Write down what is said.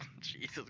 Jesus